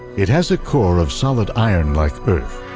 it has a core of solid iron like earth,